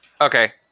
Okay